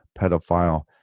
pedophile